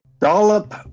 Dollop